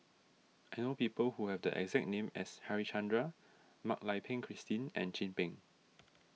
I know people who have the exact name as Harichandra Mak Lai Peng Christine and Chin Peng